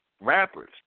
rappers